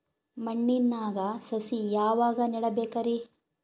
ಮಣ್ಣಿನಾಗ ಸಸಿ ಯಾವಾಗ ನೆಡಬೇಕರಿ?